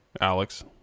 Alex